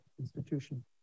institution